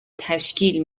تشکیل